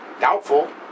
doubtful